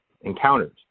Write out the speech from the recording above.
encountered